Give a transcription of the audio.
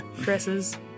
Dresses